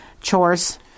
chores